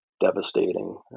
devastating